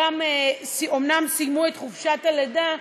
שאומנם סיימו את חופשת הלידה,